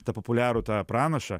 tą populiarų tą pranašą